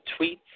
tweets